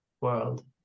world